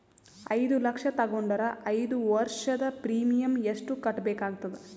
ಐದು ಲಕ್ಷ ತಗೊಂಡರ ಐದು ವರ್ಷದ ಪ್ರೀಮಿಯಂ ಎಷ್ಟು ಕಟ್ಟಬೇಕಾಗತದ?